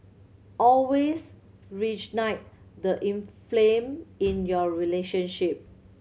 always the inflame in your relationship